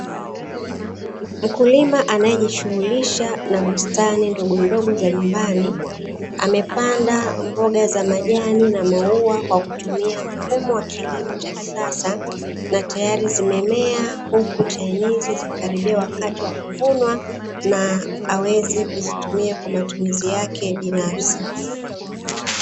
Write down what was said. Mkulima anayejishughulisha na bustani ndogondogo za nyumbani, amepanda mboja za majani na maua kwa kutumia mfumo wa kilimo cha kisasa na tayari zimemea huku chinizi zikikaribia wakati wa kuvunwa na aweze kuzitumia kwa matumizi yake binafsi.